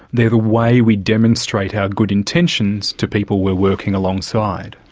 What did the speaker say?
they're the way we demonstrate our good intentions to people we're working alongside.